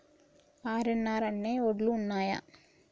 RNR అనే వడ్లు ఉన్నయా?